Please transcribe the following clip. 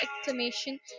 exclamation